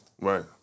Right